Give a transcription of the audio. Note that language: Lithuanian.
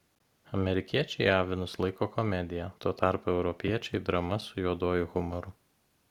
amerikiečiai avinus laiko komedija tuo tarpu europiečiai drama su juoduoju humoru